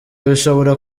bishobora